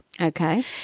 Okay